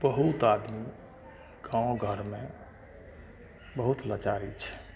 बहुत आदमी गाँव घरमे बहुत लाचारी छै